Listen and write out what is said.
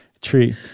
tree